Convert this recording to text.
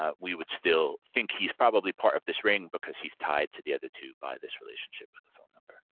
ah we would still think he's probably part of this ring because he's tied to the other two by this relationship of the phone number.